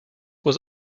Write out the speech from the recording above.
was